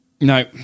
no